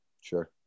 Sure